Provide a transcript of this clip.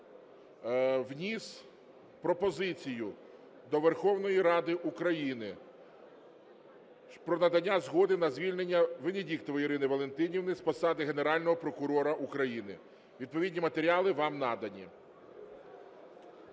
вніс пропозицію до Верховної Ради України про надання згоди на звільнення Венедіктової Ірини Валентинівни з посади Генерального прокурора України. Відповідні матеріали вам надані.